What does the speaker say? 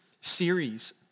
series